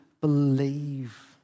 believe